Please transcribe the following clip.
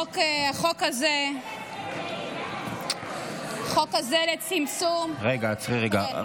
כבוד היושב-ראש, החוק הזה לצמצום, רגע, עצרי רגע.